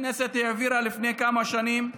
הכנסת העבירה לפני כמה שנים,